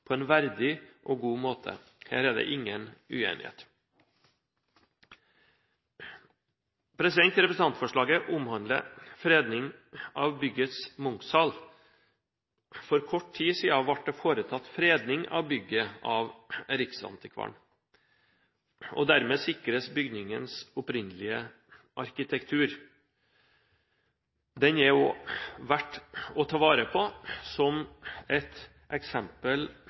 på en verdig og god måte. Her er det ingen uenighet. Representantforslaget omhandler fredning av byggets Munch-sal. For kort tid siden ble det foretatt fredning av bygget av Riksantikvaren. Dermed sikres bygningens opprinnelige arkitektur. Den er også verdt å ta vare på som et eksempel